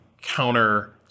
counter